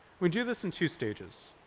we do this in two stages.